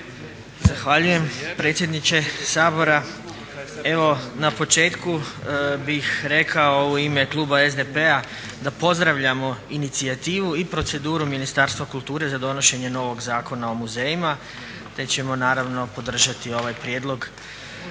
Zahvaljujem predsjedniče Sabora. Evo na početku bih rekao u ime kluba SDP-a da pozdravljamo inicijativu i proceduru Ministarstva kulture za donošenje novog Zakona o muzejima te ćemo naravno podržati ovaj prijedlog